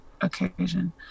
occasion